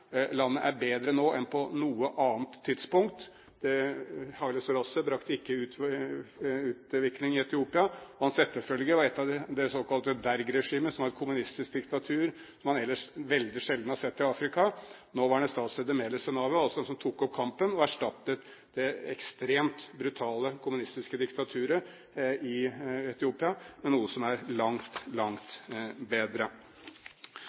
Landet er bedre nå enn på noe annet tidspunkt. Haile Selassie brakte ikke utvikling i Etiopia, og hans etterfølger, det såkalte Derg-regimet, var et kommunistisk diktatur som man ellers veldig sjelden har sett i Afrika. Den nåværende statsleder, Meles Zenawi, var altså den som tok opp kampen og erstattet det ekstremt brutale kommunistiske diktaturet i Etiopia med noe som er langt, langt bedre.